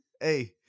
Hey